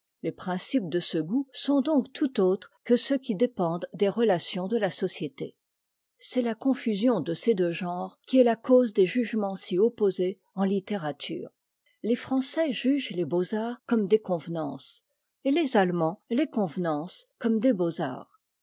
les principes de ce goût sont donc tout autres que ceux qui dépendent des relations de la société c'est la confusion de ces deux genres qui est la cause des jugements si opposés en littérature les français jugent les beaux-arts comme des convenances et les allemands les convenances comme des beaux-arts